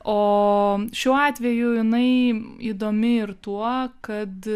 o šiuo atveju jinai įdomi ir tuo kad